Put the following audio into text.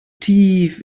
tief